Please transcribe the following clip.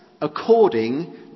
according